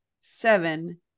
seven